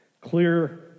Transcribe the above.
clear